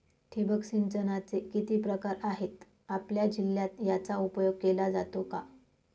ठिबक सिंचनाचे किती प्रकार आहेत? आपल्या जिल्ह्यात याचा उपयोग केला जातो का?